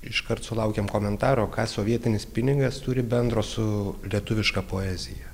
iškart sulaukėm komentaro ką sovietinis pinigas turi bendro su lietuviška poezija